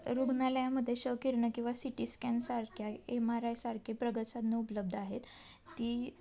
रुग्णालयामध्ये क्ष किरणं किंवा सिटीस्कॅनसारख्या एम आर आयसारखे प्रगत साधनं उपलब्ध आहेत ती